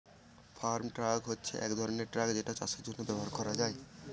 farm truck হচ্ছে এক ধরনের ট্র্যাক যেটা চাষের জন্য ব্যবহার করা হয়